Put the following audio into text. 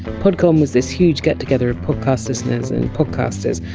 podcon was this huge get-together of podcast listeners and podcasters,